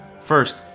First